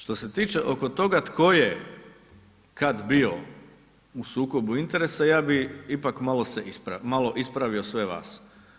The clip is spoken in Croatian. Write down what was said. Što se tiče oko toga tko je kad bio u sukobu interesa, ja bi ipak malo ispravio sve vas.